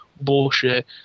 bullshit